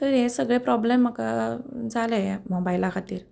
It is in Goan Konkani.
तर हे सगळे प्रोब्लेम म्हाका जाले मोबायला खातीर